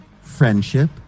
friendship